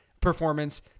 performance